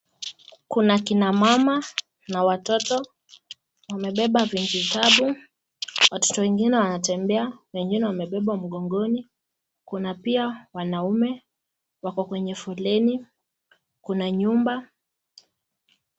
Kuna akina mama na watoto wamebeba vijitabu. Watoto wengine wanatembea wengine wemebebwa mgongoni, kuna pia wanaume wako kwenye foleni kuna nyumba.